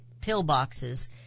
pillboxes